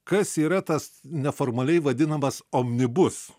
kas yra tas neformaliai vadinamas omnibus